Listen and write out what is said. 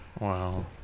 Wow